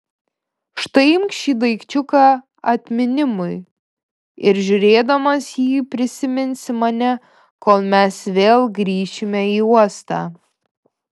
štai imk šį daikčiuką atminimui ir žiūrėdamas į jį prisiminsi mane kol mes vėl grįšime į uostą